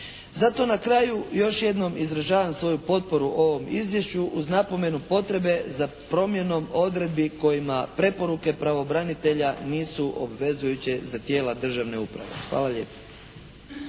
Zato na kraju još jednom izražavam svoju potporu ovom izvješću uz napomenu potrebe za promjenom odredbe kojima preporuke pravobranitelja nisu obvezujuće za tijela državne uprave. Hvala lijepa.